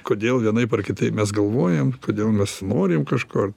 kodėl vienaip ar kitaip mes galvojam kodėl mes norim kažkur